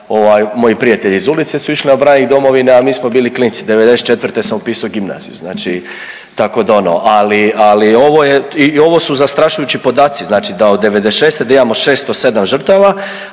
moji prijatelji iz ulice su išli na branik domovine, a mi smo bili klinci. '94. sam upisao gimnaziju. Znači tako da ono, ali, ali ovo je i ovo su zastrašujući podaci znači da od '96. da imamo 607 žrtava,